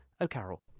O'Carroll